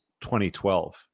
2012